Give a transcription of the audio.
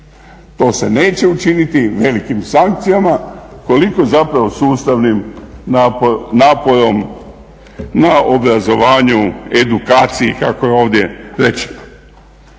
To se neće učiniti velikim sankcijama koliko sustavnim naporom na obrazovanju, edukaciji kako je ovdje rečeno.